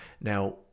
Now